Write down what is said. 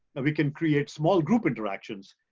we can create small group interactions.